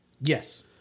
Yes